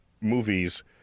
movies